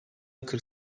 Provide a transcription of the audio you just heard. kırk